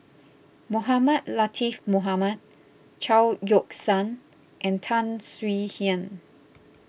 Mohamed Latiff Mohamed Chao Yoke San and Tan Swie Hian